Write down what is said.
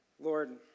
Lord